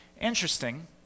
interesting